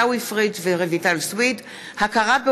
עיסאווי פריג' ורויטל סויד בנושא: